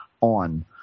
on